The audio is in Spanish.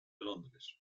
londres